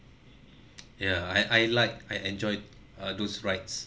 ya I I like I enjoy uh those rides